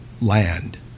land